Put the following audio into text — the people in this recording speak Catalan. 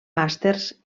màsters